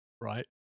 right